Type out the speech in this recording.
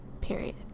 Period